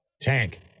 Tank